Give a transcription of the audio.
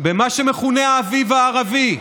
במה שמכונה "האביב הערבי",